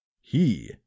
He